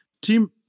Team